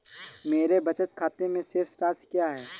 मेरे बचत खाते में शेष राशि क्या है?